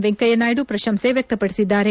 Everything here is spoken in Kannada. ವೆಂಕಯ್ಯ ನಾಯ್ದು ಪ್ರಶಂಸೆ ವ್ಯಕ್ತಪಡಿಸಿದ್ದಾರೆ